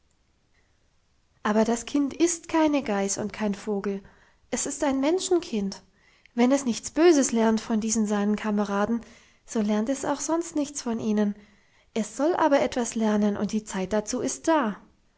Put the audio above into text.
aber das kind ist keine geiß und kein vogel es ist ein menschenkind wenn es nichts böses lernt von diesen seinen kameraden so lernt es auch sonst nichts von ihnen es soll aber etwas lernen und die zeit dazu ist da